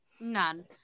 None